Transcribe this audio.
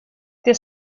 det